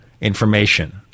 information